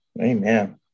Amen